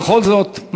ובכל זאת,